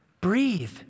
Breathe